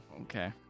Okay